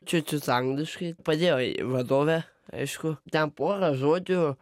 čiut čiuts angliškai padėjo vadovė aišku ten porą žodžių